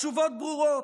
התשובות ברורות: